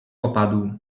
opadł